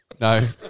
no